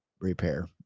repair